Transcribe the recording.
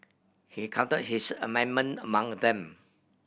he count his amendment among them